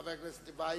חבר הכנסת טיבייב,